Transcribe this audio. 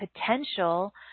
potential